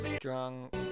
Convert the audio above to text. drunk